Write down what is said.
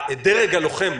הדרג הלוחם,